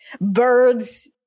birds